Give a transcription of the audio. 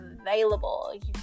available